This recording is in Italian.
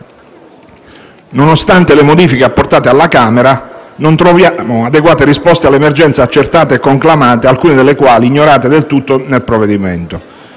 Nonostante le modifiche apportate alla Camera, purtroppo non troviamo adeguate risposte alle emergenze accertate e conclamate, alcune delle quali del tutto ignorate nel provvedimento.